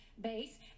Base